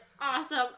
Awesome